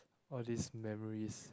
all these memories